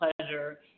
pleasure